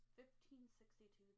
1562